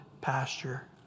pasture